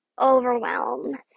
overwhelm